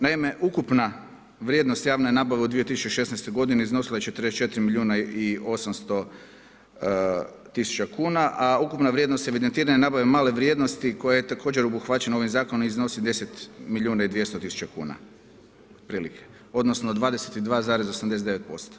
Naime, ukupna vrijednost javne nabave u 2016. godini iznosila je 44 milijuna i 800 tisuća kuna, a ukupna vrijednost evidentirane nabave male vrijednosti koja je također obuhvaćena ovim zakonom iznosi 10 milijuna i 200 tisuća kuna otprilike odnosno 22,89%